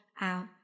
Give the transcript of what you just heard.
out